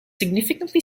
significantly